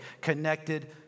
connected